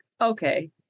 okay